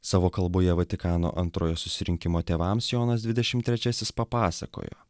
savo kalboje vatikano antrojo susirinkimo tėvams jonas dvidešim trečiasis papasakojo